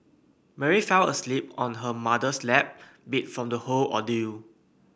Mary fell asleep on her mother's lap beat from the whole ordeal